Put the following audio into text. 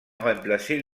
remplacer